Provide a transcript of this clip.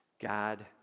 God